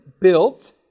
built